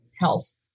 health